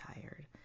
tired